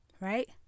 right